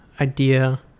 idea